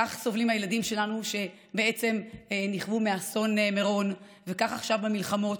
כך סובלים הילדים שלנו שנכוו מאסון מירון וכך עכשיו במלחמות,